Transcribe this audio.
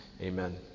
Amen